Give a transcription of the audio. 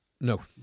No